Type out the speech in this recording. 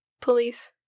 police